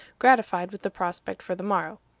gratified with the prospect for the morrow.